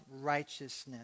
righteousness